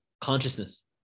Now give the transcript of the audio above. consciousness